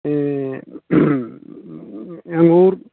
से अँगूर